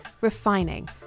refining